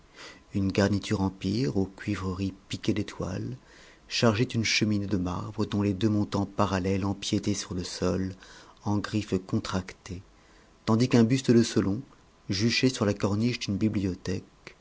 une garniture empire aux cuivreries piquées d'étoiles chargeait une cheminée de marbre dont les deux montants parallèles empiétaient sur le sol en griffes contractées tandis qu'un buste de solon juché sur la corniche d'une bibliothèque